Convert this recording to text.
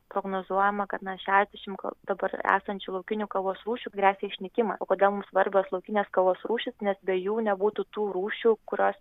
prognozuojama kad na šešiasdešim dabar esančių laukinių kavos rūšių gresia išnykimas kodėl mums svarbios laukinės kavos rūšys nes be jų nebūtų tų rūšių kurios